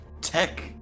tech